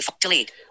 Delete